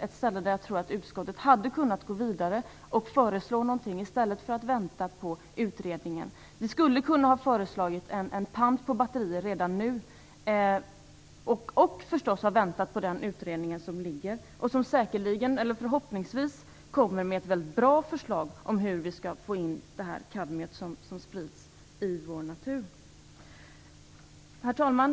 ett ställe där jag tror att utskottet skulle ha kunnat gå vidare och föreslå någonting i stället för att vänta på utredningen. Utskottet skulle ha kunnat föreslå en pant på batterier redan nu och, naturligtvis, ha väntat på den pågående utredningen, som förhoppningsvis kommer med ett väldigt bra förslag på hur vi skall få in det kadmium som sprids i vår natur. Herr talman!